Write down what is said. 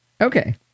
Okay